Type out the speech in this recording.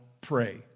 Pray